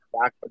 back